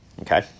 okay